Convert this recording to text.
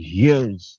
years